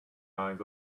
eyes